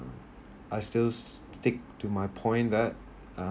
I still stick to my point that uh